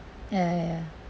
ya ya ya